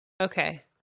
Okay